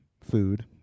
food